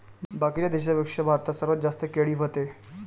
बाकीच्या देशाइंपेक्षा भारतात सर्वात जास्त केळी व्हते